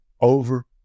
over